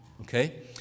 Okay